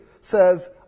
says